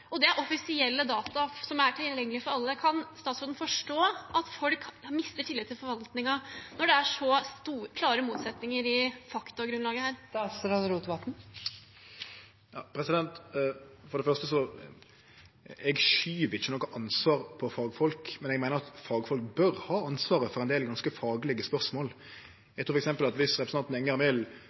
Det er offisielle data som er tilgjengelig for alle. Kan statsråden forstå at folk mister tillit til forvaltningen når det er så klare motsetninger i faktagrunnlaget her? For det første: Eg skyv ikkje noko ansvar over på fagfolk, men eg meiner at fagfolk bør ha ansvaret for ein del ganske faglege spørsmål. Eg trur f.eks. at dersom representanten Enger Mehl